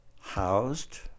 housed